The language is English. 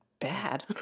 bad